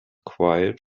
quiet